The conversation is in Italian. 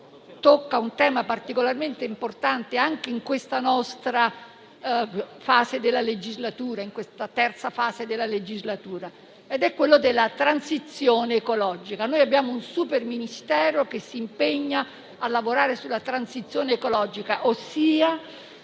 tocca un tema particolarmente importante, anche in questa terza fase della legislatura: quello della transizione ecologica. Abbiamo un super Ministero che si impegna a lavorare sulla transizione ecologica, ossia